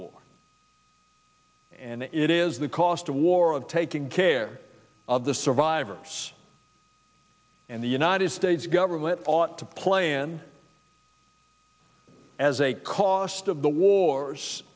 war and it is the cost of war of taking care of the survivors and the united states government ought to plan as a cost of the wars